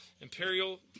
Imperial